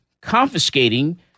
confiscating